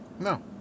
No